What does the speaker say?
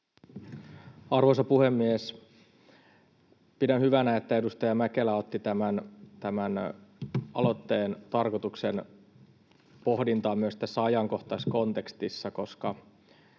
Arvoisa puhemies! Pidän hyvänä, että edustaja Mäkelä otti tämän aloitteen tarkoituksen pohdintaan myös tässä ajankohtaiskontekstissa, koska